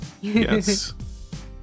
Yes